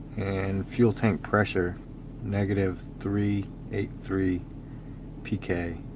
and fuel tank pressure negative three eight three pk it